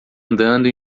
andando